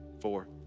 four